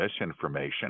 misinformation